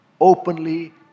openly